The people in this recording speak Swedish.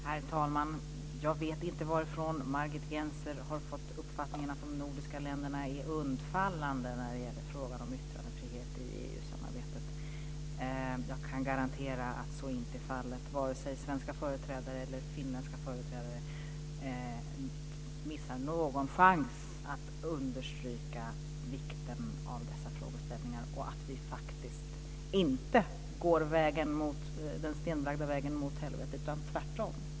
Herr talman! Jag vet inte varifrån Margit Gennser har fått uppfattningen att de nordiska länderna är undfallande när det gäller frågan om yttrandefrihet i EU-samarbetet. Jag kan garantera att så inte är fallet. Vare sig svenska eller finländska företrädare missar någon chans att understryka vikten av dessa frågeställningar. Vi går inte den stenlagda vägen mot helvetet utan tvärtom.